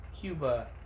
Cuba